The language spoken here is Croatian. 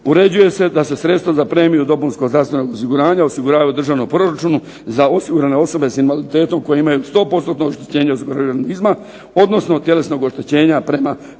Uređuje se da se sredstva za premiju dopunskog zdravstvenog osiguranja osiguravaju u državnom proračunu za osigurane osobe s invaliditetom koje imaju 100%-tno oštećenje organizma odnosno tjelesnog oštećenja prema posebnim